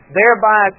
thereby